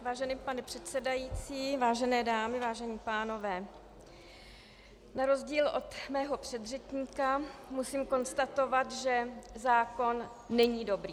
Vážený pane předsedající, vážené dámy, vážení pánové, na rozdíl od mého předřečníka musím konstatovat, že zákon není dobrý.